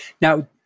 Now